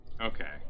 Okay